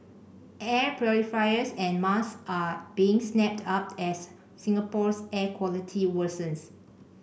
air purifiers and masks are being snapped up as Singapore's air quality worsens